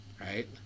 right